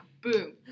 boom